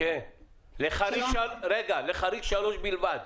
התייחסות לחריג 3 בלבד.